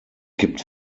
gibt